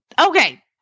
Okay